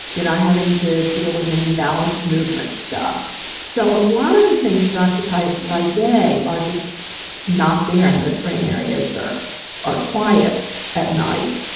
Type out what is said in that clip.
you're not having to deal with any balance movement so, a lot of the things that occupy us by day are just not there in those brain areas, or are quiet at night.